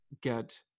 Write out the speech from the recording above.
get